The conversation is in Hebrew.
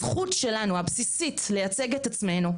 הזכות שלנו הבסיסית לייצג את עצמנו,